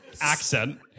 accent